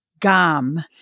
Gam